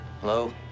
Hello